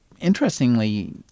interestingly